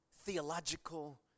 theological